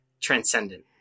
transcendent